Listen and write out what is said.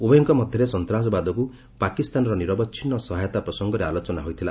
ଉଭୟଙ୍କ ମଧ୍ୟରେ ସନ୍ତାସବାଦକୁ ପାକିସ୍ତାନର ନିରବଚ୍ଛିନ୍ନ ସହାୟତା ପ୍ରସଙ୍ଗରେ ଆଲୋଚନା ହୋଇଥିଲା